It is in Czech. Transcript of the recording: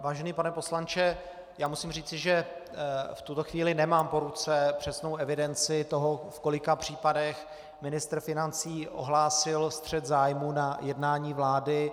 Vážený pane poslanče, musím říci, že v tuto chvíli nemám po ruce přesnou evidenci toho, v kolika případech pan ministr financí ohlásil střet zájmů na jednání vlády.